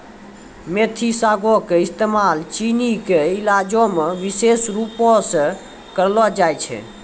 मेथी सागो के इस्तेमाल चीनी के इलाजो मे विशेष रुपो से करलो जाय छै